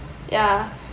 ya